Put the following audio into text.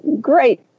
great